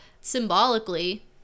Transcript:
symbolically